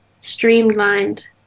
streamlined